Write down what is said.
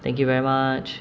thank you very much